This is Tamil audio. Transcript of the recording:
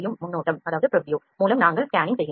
முன்னோட்டம் மூலம் நாங்கள் ஸ்கேனிங் செய்கிறோம்